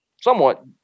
somewhat